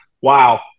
wow